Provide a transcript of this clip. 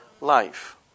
life